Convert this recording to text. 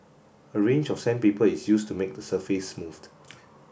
a range of sandpaper is used to make the surface smooth